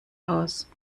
aus